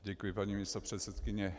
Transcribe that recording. Děkuji, paní místopředsedkyně.